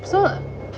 so